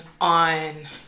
on